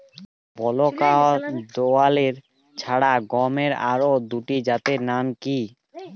বলাকা ও দোয়েল ছাড়া গমের আরো দুটি জাতের নাম কি?